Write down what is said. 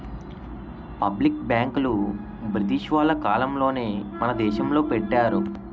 public బ్యాంకులు British వాళ్ళ కాలంలోనే మన దేశంలో పెట్టారు